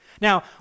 Now